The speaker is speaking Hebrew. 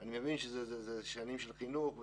אני מבין שאלה שנים של חינוך,